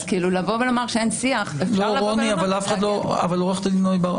אז לומר שאין שיח - אפשר לומר --- עורך הדין נויבואר,